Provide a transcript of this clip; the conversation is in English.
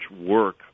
work